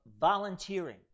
volunteering